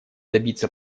добиться